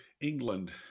england